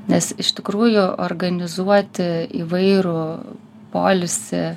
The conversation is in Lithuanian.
nes iš tikrųjų organizuoti įvairų poilsį